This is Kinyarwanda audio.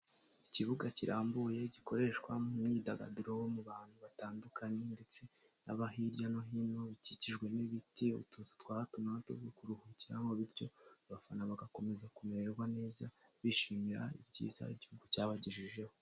Ikibuga kirambuye gikoreshwa mu myidagaduro yo mu bantu batandukanye ndetse baba hirya no hino, bikikijwe n'ibiti, utuzu twa hato na hato two kuruhukiramo bityo abafana bagakomeza kumererwa neza bishimira ibyiza igihugu cy'abagejejeho.